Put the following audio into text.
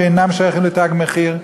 שהם אינם שייכים ל"תג מחיר"